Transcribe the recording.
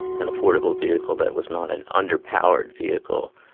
an affordable vehicle that was not an under-powered vehicle.